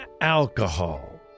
alcohol